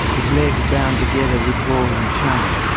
his legs bound together with ball and chain.